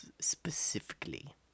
specifically